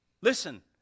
Listen